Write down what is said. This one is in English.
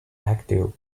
active